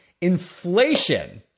Inflation